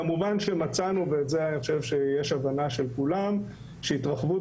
כמובן שמצאנו אני חושב שיש הבנה של כולם לזה שהתרחבות